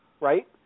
right